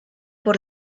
por